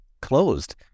closed